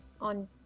on